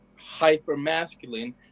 hyper-masculine